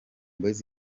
boyz